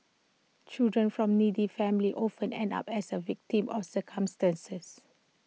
children from needy families often end up as A victims of circumstances